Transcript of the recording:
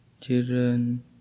children